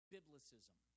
Biblicism